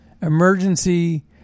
emergency